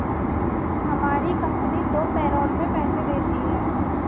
हमारी कंपनी दो पैरोल में पैसे देती है